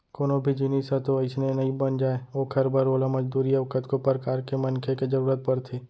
कोनो भी जिनिस ह तो अइसने नइ बन जाय ओखर बर ओला मजदूरी अउ कतको परकार के मनखे के जरुरत परथे